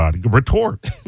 Retort